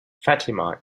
fatima